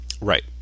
Right